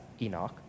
Enoch